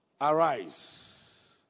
Arise